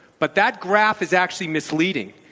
but that graph is actually misleading,